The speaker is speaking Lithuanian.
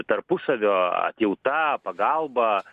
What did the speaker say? tarpusavio atjauta pagalba